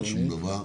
לא שום דבר.